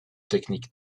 techniques